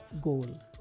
goal